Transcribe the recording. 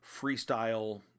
freestyle